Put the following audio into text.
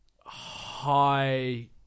high